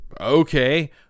Okay